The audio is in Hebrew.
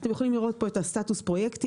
אתם יכולים לראות פה את סטטוס הפרויקטים.